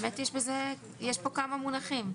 באמת יש פה כמה מונחים.